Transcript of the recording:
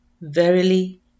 Verily